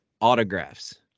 autographs